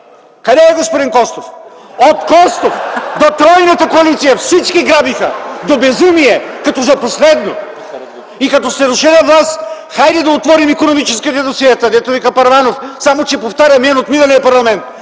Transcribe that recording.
Къде е господин Костов? (Смях.) От Костов до тройната коалиция всички грабиха до безумие, като за последно. И като сте дошли на власт, хайде да отворим икономическите досиета, дето вика Първанов, само че повтаря мен от миналия парламент,